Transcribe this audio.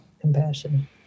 Compassion